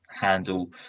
handle